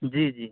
جی جی